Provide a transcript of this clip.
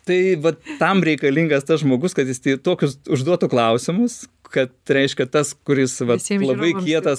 tai vat tam reikalingas tas žmogus kad jis tokius užduotų klausimus kad reiškia tas kuris vat labai kietas